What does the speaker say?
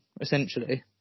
essentially